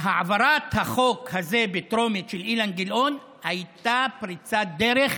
העברת החוק הזה בטרומית של אילן גילאון הייתה פריצת דרך,